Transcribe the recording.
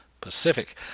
Pacific